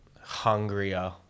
hungrier